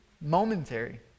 momentary